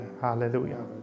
Hallelujah